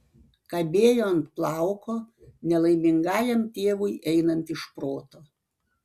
kabėjo ant plauko nelaimingajam tėvui einant iš proto